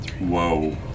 whoa